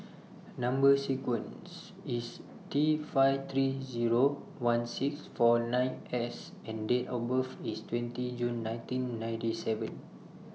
Number sequence IS T five three Zero one six four nine S and Date of birth IS twenty June nineteen ninety seven